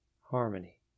harmony